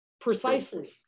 precisely